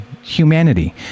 humanity